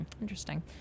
interesting